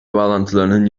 bağlantılarının